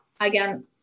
again